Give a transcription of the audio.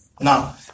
now